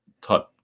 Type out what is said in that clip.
type